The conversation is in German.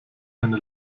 eine